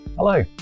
Hello